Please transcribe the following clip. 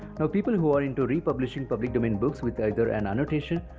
now people who are into re-publishing public domain books with either an annotation,